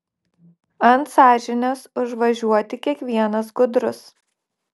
ant sąžinės užvažiuoti kiekvienas gudrus